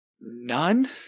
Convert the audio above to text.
none